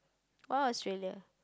why Australia